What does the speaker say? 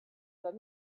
that